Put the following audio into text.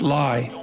lie